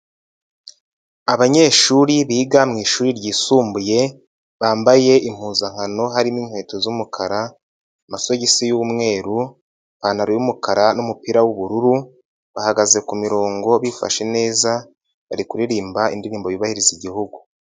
Abanyeshuri biga mu ishuri ryisumbuye bambaye impuzankano harimo: inkweto z'umukara, amasogisi y'umweru, ipantaro y'umukara n'umupira w'ubururu bahagaze ku mirongo bifashe neza, bari kuririmba indirimbo yubahiriza Igihugu.